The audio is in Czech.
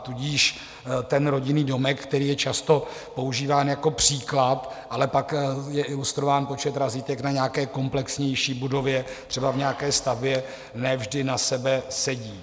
Tudíž rodinný domek, který je často používán jako příklad, ale pak je ilustrován počet razítek na nějaké komplexnější budově, třeba v nějaké stavbě, ne vždy na sebe sedí.